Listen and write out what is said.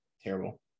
Terrible